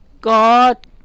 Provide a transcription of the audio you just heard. God